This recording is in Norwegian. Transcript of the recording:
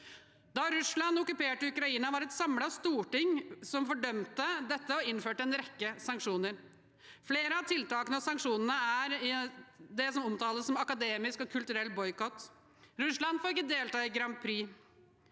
Da Russland okkuperte Ukraina, var det et samlet storting som fordømte dette og innførte en rekke sanksjoner. Flere av tiltakene og sanksjonene er det som omtales som akademisk og kulturell boikott: Russland får ikke delta i Eurovision